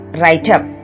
write-up